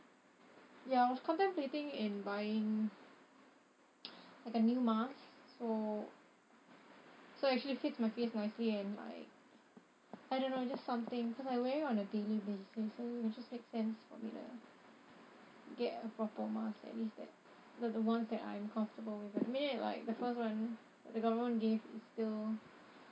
ya I was contemplating in buying like a new mask so so actually fit's my face nicely and like I don't know just something cause I wear it on a daily basis so it just makes sense for me to get a proper mask at least that that the ones that I'm comfortable with at the minute like the first one that the government give is still